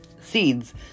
Seeds